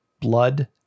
blood